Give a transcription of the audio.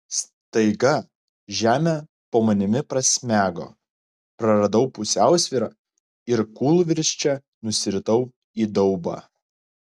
staiga žemė po manimi prasmego praradau pusiausvyrą ir kūlvirsčia nusiritau į daubą